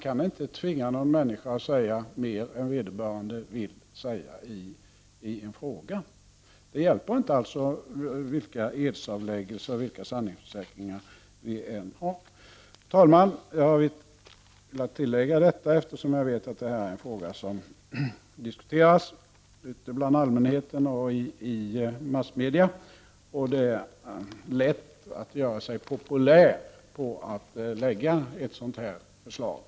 Det går inte att tvinga någon att säga mer än vederbörande vill säga i skilda frågor. Det hjälper alltså inte med vilka edsavläggelser eller sanningsförsäkringar vi än har. Herr talman! Jag har velat säga detta eftersom jag vet att det är en fråga som diskuteras bland allmänheten och i massmedia. Det är lätt att göra sig populär genom att framlägga ett förslag som det om sanningsförsäkran.